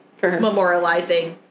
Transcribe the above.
memorializing